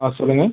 ஆ சொல்லுங்கள்